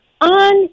on